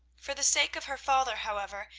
for the sake of her father, however,